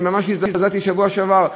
אני ממש הזדעזעתי בשבוע שעבר כשילד,